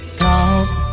cause